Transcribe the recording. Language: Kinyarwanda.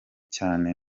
cyane